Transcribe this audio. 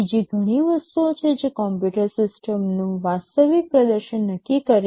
બીજી ઘણી વસ્તુઓ છે જે કમ્પ્યુટર સિસ્ટમનું વાસ્તવિક પ્રદર્શન નક્કી કરે છે